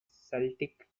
celtic